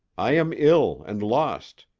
i am ill and lost.